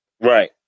Right